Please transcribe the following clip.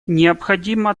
необходимо